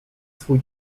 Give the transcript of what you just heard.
swój